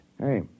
Hey